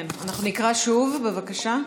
אנחנו נקרא שוב, בבקשה.